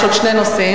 יש עוד שני נושאים.